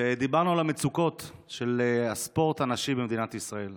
ודיברנו על המצוקות של הספורט הנשי במדינת ישראל.